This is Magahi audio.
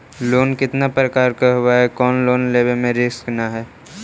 लोन कितना प्रकार के होबा है कोन लोन लेब में रिस्क न है?